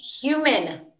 human